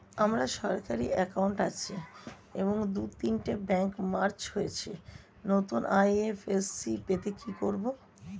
আমার সরকারি একাউন্ট আছে এবং দু তিনটে ব্যাংক মার্জ হয়েছে, নতুন আই.এফ.এস.সি পেতে কি করব?